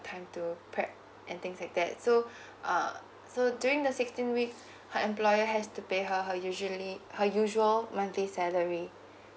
time to prep and things like that so uh so during the sixteenth week her employer has to pay her her usually her usual monthly salary